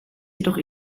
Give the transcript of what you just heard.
jedoch